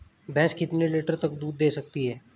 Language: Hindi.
भैंस कितने लीटर तक दूध दे सकती है?